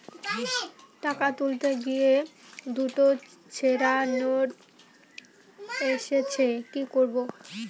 টাকা তুলতে গিয়ে দুটো ছেড়া নোট এসেছে কি করবো?